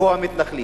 והוא המתנחלים.